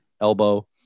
elbow